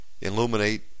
illuminate